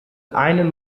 einen